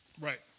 Right